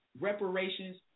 reparations